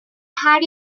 had